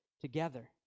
together